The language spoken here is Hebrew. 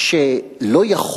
ש"לא יכול"